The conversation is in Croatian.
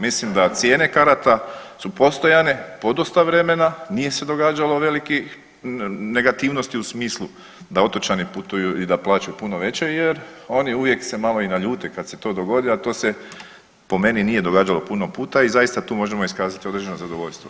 Mislim da cijene karata su postojane podosta vremena, nije se događalo velikih negativnosti u smislu da otočani putuju i da plaćaju puno veće jer oni uvijek se malo i naljute kad se to dogodi, a to se po meni nije događalo puno puta i zaista tu možemo iskazati određeno zadovoljstvo.